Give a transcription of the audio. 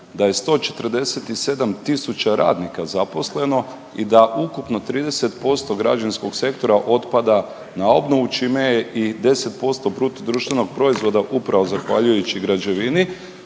da je 147 tisuća radnika zaposleno i da ukupno 30% građevinskog sektora otpada na obnovu čime je i 10% bruto društvenog proizvoda upravo zahvaljujući građevini.